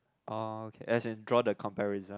oh okay as in draw the comparison